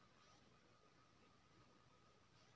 केतना दिन में मिल जयते सर?